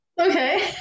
Okay